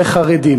וחרדים.